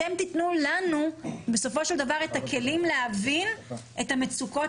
אתם תיתנו לנו בסופו של דבר את הכלים להבין את המצוקות